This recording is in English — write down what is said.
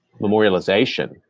memorialization